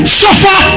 suffer